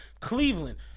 Cleveland